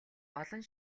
олон